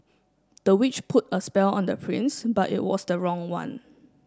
the witch put a spell on the prince but it was the wrong one